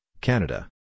Canada